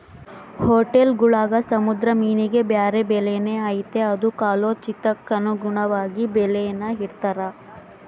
ಹೊಟೇಲ್ಗುಳಾಗ ಸಮುದ್ರ ಮೀನಿಗೆ ಬ್ಯಾರೆ ಬೆಲೆನೇ ಐತೆ ಅದು ಕಾಲೋಚಿತಕ್ಕನುಗುಣವಾಗಿ ಬೆಲೇನ ಇಡ್ತಾರ